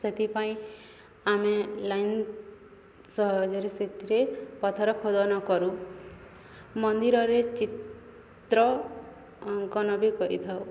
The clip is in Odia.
ସେଥିପାଇଁ ଆମେ ଲାଇନ୍ ସହଜରେ ସେଥିରେ ପଥର ଖୋଦନ କରୁ ମନ୍ଦିରରେ ଚିତ୍ର ଅଙ୍କନ ବି କରିଥାଉ